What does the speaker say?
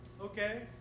Okay